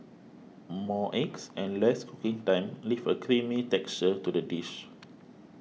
more eggs and less cooking time leave a creamy texture to the dish